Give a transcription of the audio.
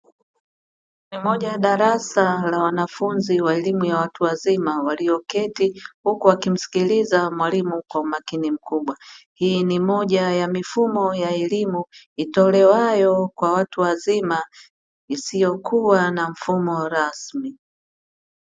Ni moja ya darasa la wanafunzi wa elimu ya watu wazima walioketi huku wakimsikiliza mwalimu kwa umakini mkubwa hii ni moja ya mifumo ya elimu itolewayo kwa watu wazima isiyokuwa na mfumo rasmi.